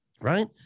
right